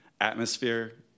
atmosphere